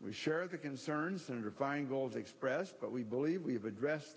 we share the concerns senator feingold expressed but we believe we have addressed